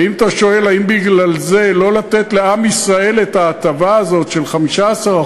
ואם אתה שואל אם בגלל זה לא לתת לעם ישראל את ההטבה הזאת של 15%,